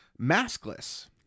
Maskless